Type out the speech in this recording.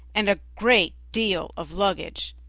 and a great deal of luggage.